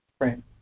Right